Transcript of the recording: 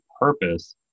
purpose